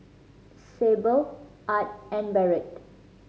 Sable Art and Barrett